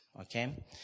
okay